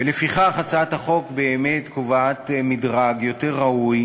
ולפיכך, הצעת החוק באמת קובעת מדרג יותר ראוי